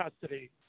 custody